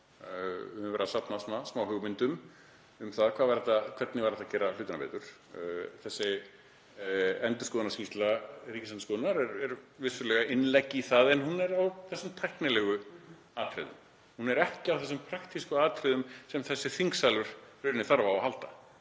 Við höfum verið að safna hugmyndum um það hvernig er hægt að gera hlutina betur. Þessi endurskoðunarskýrsla Ríkisendurskoðunar er vissulega innlegg í það en hún er í þessum tæknilegu atriðum. Hún er ekki um þessi praktísku atriði sem þessi þingsalur þarf á að halda.